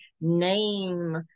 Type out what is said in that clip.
name